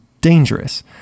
dangerous